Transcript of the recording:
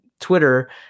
Twitter